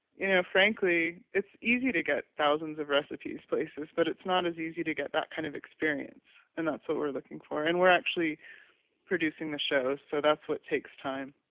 you know, frankly, it's easy to get thousands of recipes places but it's not as easy to get that kind of experience. and that's what we're looking for and we're actually producing the show so that's what takes time.